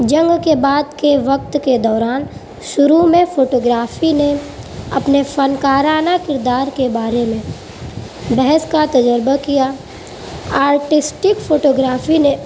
جنگ کے بعد کے وقت کے دوران شروع میں فوٹوگرافی نے اپنی فنکارانہ کردار کے بارے میں بحث کا تجربہ کیا آرٹسٹک فوٹوگرافی نے